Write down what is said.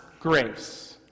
grace